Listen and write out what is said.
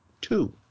Two